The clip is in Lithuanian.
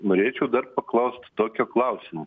norėčiau dar paklaust tokio klausimo